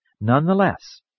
nonetheless